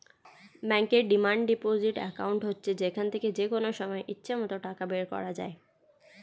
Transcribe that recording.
ব্যাংকের demand deposit account হচ্ছে যেখান থেকে যেকনো সময় ইচ্ছে মত টাকা বের করা যায়